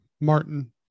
Martin